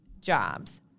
jobs